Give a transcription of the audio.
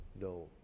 no